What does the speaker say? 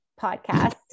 podcast